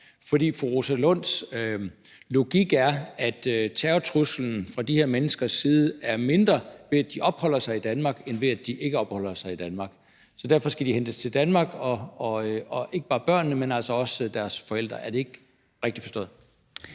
For fru Rosa Lunds logik er, er terrortruslen fra de her menneskers side er mindre, ved at de opholder sig i Danmark, end ved at de ikke opholder sig i Danmark, så derfor skal de hentes til Danmark – ikke bare børnene, men altså også deres forældre. Er det ikke rigtigt forstået?